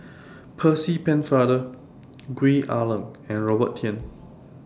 Percy Pennefather Gwee Ah Leng and Robert Tan